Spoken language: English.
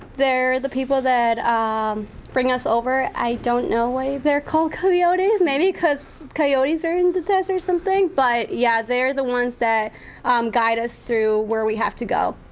they're the people that um bring us over. i don't know why they're called coyotes. maybe cause coyotes are in the desert or something, but yeah, they're the ones that guide us through where we have to go.